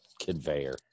conveyor